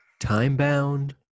time-bound